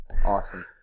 Awesome